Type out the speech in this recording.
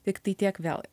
tiktai tiek vėl